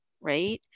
right